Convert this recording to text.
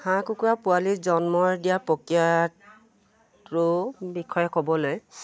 হাঁহ কুকুৰা পোৱালি জন্মৰ দিয়া প্ৰক্ৰিয়াটোৰ বিষয়ে ক'বলৈ